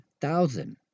thousand